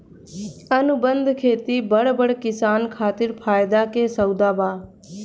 अनुबंध खेती बड़ बड़ किसान खातिर फायदा के सउदा बा